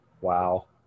Wow